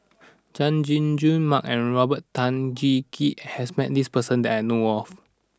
Chay Jung Jun Mark and Robert Tan Jee Keng has met this person that I know of